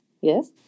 Yes